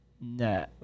No